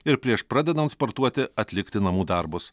ir prieš pradedant sportuoti atlikti namų darbus